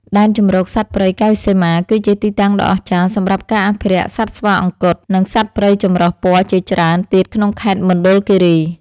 ដែនជម្រកសត្វព្រៃកែវសីមា គឺជាទីតាំងដ៏អស្ចារ្យសម្រាប់ការអភិរក្សសត្វស្វាអង្គត់ និងសត្វព្រៃចម្រុះពណ៌ជាច្រើនទៀតក្នុងខេត្តមណ្ឌលគិរី។